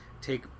take